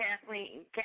Kathleen